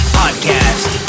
podcast